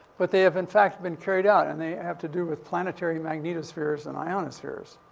but they have, in fact, been carried out. and they have to do with planetary magnetospheres and ionospheres.